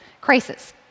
crisis